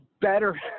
better